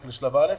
רק לשלב א'.